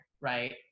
right